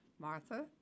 Martha